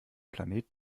planet